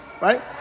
right